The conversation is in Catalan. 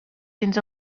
fins